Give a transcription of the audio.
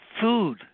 food